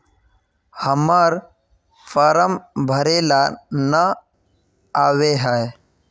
हम्मर फारम भरे ला न आबेहय?